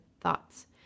thoughts